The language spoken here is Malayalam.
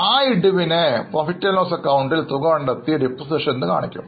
ഈ ഇടിവിനെ Profit loss അക്കൌണ്ടിൽ തുക കണ്ടെത്തി Depreciation എന്നും കാണിക്കും